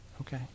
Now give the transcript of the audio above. okay